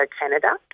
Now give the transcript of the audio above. Canada